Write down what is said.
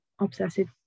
obsessive